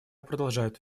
продолжает